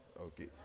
Okay